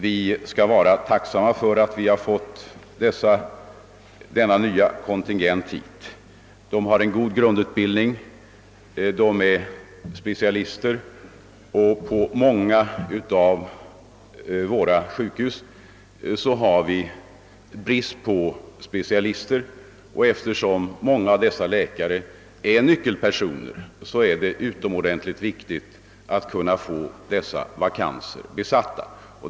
Vi skall vara tacksamma för att vi fått hit denna nya kontingent. Dessa läkare har en god grundutbildning och de är specialister, och på många av våra sjukhus har vi brist på specialister. Eftersom det i många fall är fråga om nyckeltjänster, är det utomordentligt viktigt att vi får dessa vakanser besatta.